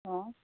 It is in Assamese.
অঁ